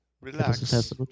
Relax